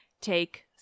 take